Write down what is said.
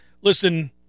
Listen